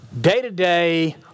day-to-day